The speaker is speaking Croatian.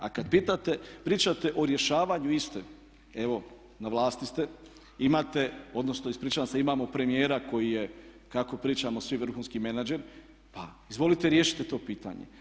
A kad pričate o rješavanju iste evo na vlasti ste, imate, odnosno ispričavam se imamo premijera koji je kako pričamo svi vrhunski menadžer pa izvolite riješite to pitanje.